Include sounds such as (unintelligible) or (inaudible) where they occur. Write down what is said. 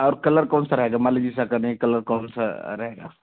और कलर कौन सा रहेगा मान लीजिए (unintelligible) कलर कौन सा रहेगा